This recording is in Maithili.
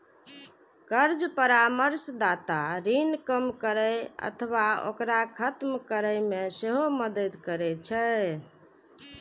कर्ज परामर्शदाता ऋण कम करै अथवा ओकरा खत्म करै मे सेहो मदति करै छै